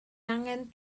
angen